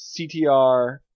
CTR